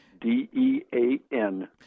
D-E-A-N